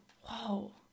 whoa